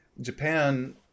japan